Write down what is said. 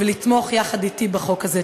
ולתמוך יחד אתי בחוק הזה.